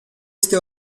este